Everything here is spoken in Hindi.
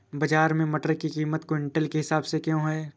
बाजार में मटर की कीमत क्विंटल के हिसाब से क्यो है?